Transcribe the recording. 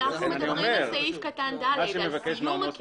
אנחנו מדברים על סעיף קטן (ד), על סיום הקשר.